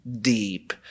deep